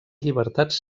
llibertats